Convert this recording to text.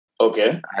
okay